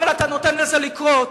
אבל אתה נותן לזה לקרות.